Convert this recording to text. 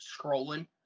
scrolling